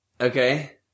okay